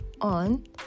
on